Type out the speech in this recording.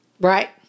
Right